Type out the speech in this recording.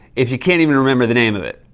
if you can't even remember the name of it.